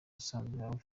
usanzwe